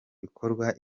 bikorwa